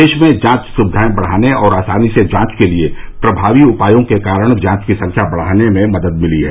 देश में जांच सुविधाए बढाने और आसानी से जांच के लिए प्रभावी उपायों के कारण जांच की संख्या बढाने में मदद मिली है